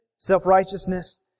self-righteousness